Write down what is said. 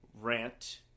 rant